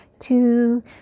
two